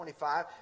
25